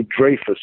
Dreyfus